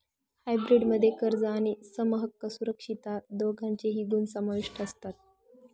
hybrid मध्ये कर्ज आणि समहक्क सुरक्षितता दोघांचेही गुण समाविष्ट असतात